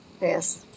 yes